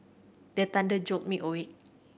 the thunder jolt me awake